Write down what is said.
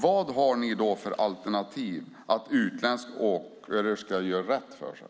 Vilka alternativ har ni när det gäller att utländska åkare ska göra rätt för sig?